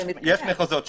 יש מחוזות שכן.